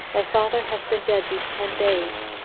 thy father hath been dead these ten days.